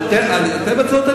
היטל הבצורת,